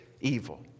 evil